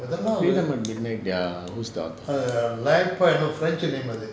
freedom at midnight who is the author